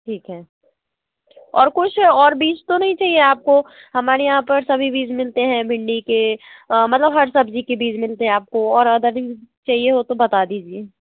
ठीक है और कुछ और बीज तो नहीं चाहिए आपको हमारे यहाँ पर सभी बीज मिलते हैं भिंडी के मतलब हर सब्ज़ी के बीज मिलते हैं आपको और बीज चाहिए हों तो बता दीजिए